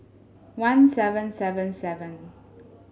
one seven seven seven